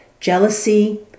jealousy